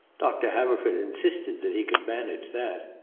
doctor haverford insisted that he could manage that.